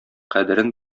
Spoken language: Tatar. кадерен